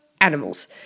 animals